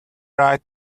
right